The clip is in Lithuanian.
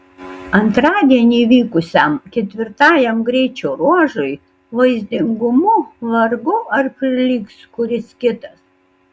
antradienį vykusiam ketvirtajam greičio ruožui vaizdingumu vargu ar prilygs kuris kitas